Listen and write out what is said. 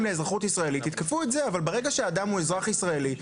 לאזרחות ישראלית תתקפו את זה אבל ברגע שאדם הוא אזרח ישראלי,